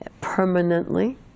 permanently